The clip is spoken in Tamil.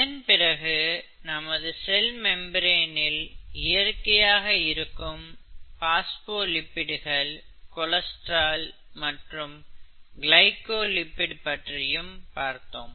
இதன் பிறகு நமது செல் மெம்பிரனில் இயற்கையாக இருக்கும் பாஸ்போ லிப்பிடுகள் கொலஸ்ட்ரால் மற்றும் கிளைகோ லிபிட் பற்றியும் பார்த்தோம்